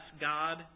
God